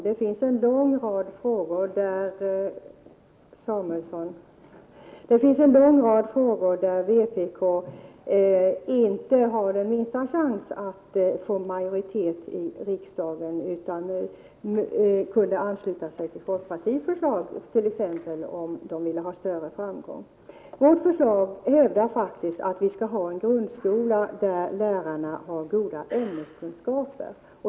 Det finns en lång rad frågor där vpk inte har den minsta chans att få majoritet i riksdagen för sina förslag utan där man i stället kunde ansluta sig till exempelvis folkpartiets förslag, om man vill ha större framgång. Vårt förslag hävdar att vi skall ha en grundskola där lärarna har goda grundkunskaper.